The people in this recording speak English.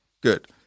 Good